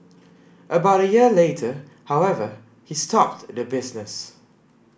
about a year later however he stopped the business